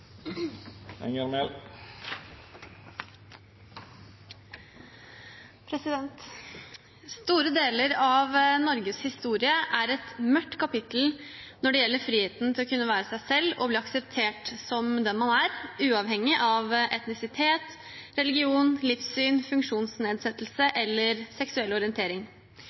Store deler av Norges historie er et mørkt kapittel når det gjelder friheten til å kunne være seg selv og bli akseptert som den man er, uavhengig av etnisitet, religion, livssyn, funksjonsnedsettelse eller seksuell orientering.